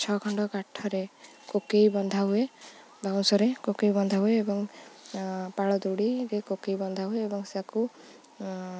ଛଅ ଖଣ୍ଡ କାଠରେ କୋକେଇ ବନ୍ଧା ହୁଏ ବାଉଁଶରେ କୋକେଇ ବନ୍ଧା ହୁଏ ଏବଂ ପାଳ ଦଉଡ଼ିରେ କୋକେଇ ବନ୍ଧା ହୁଏ ଏବଂ ସାକୁ